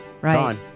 Right